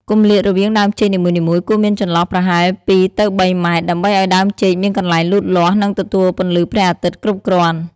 គម្លាតរវាងដើមចេកនីមួយៗគួរមានចន្លោះប្រហែល ២ ទៅ ៣ ម៉ែត្រ ដើម្បីឱ្យដើមចេកមានកន្លែងលូតលាស់និងទទួលពន្លឺព្រះអាទិត្យគ្រប់គ្រាន់។